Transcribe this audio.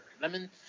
Lemon